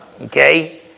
Okay